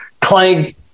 clang